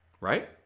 right